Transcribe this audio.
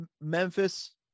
Memphis